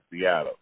Seattle